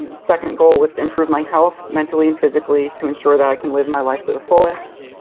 and second goal was to improve my health, mentally and physically, to ensure that i can live my life to the fullest.